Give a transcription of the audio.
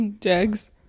Jags